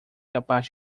capaz